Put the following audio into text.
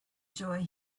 joy